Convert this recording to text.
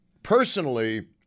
Personally